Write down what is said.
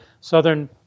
Southern